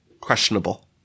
questionable